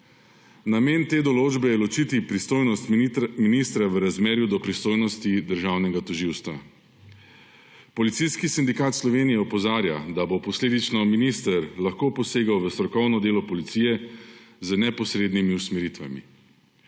Namen te določbe je ločiti pristojnost ministra v razmerju do pristojnosti državnega tožilstva. Policijski sindikat Slovenije opozarja, da bo posledično minister lahko posegel v strokovno delo policije z neposrednimi usmeritvami.